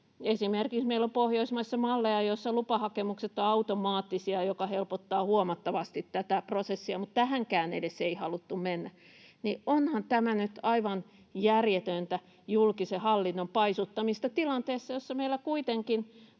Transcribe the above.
sen takia. Meillä on Pohjoismaissa esimerkiksi malleja, joissa lupahakemukset ovat automaattisia, mikä helpottaa huomattavasti tätä prosessia, mutta kun edes tähänkään ei haluttu mennä, niin onhan tämä nyt aivan järjetöntä julkisen hallinnon paisuttamista tilanteessa, jossa meillä kuitenkin